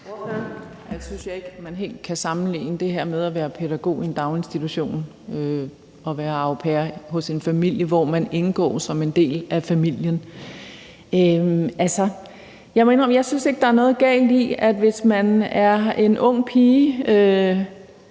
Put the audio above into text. Jeg synes ikke, man helt kan sammenligne det at være pædagog i en daginstitution med at være au pair hos en familie, hvor man indgår som en del af familien. Jeg må indrømme, at jeg ikke synes, der er noget galt i det, hvis en ung pige